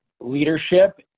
leadership